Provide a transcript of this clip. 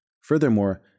Furthermore